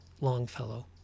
Longfellow